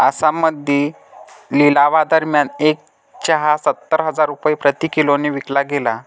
आसाममध्ये लिलावादरम्यान एक चहा सत्तर हजार रुपये प्रति किलोने विकला गेला